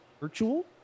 virtual